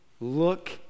look